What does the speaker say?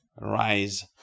rise